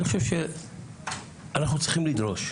אני חושב שאנחנו צריכים לדרוש.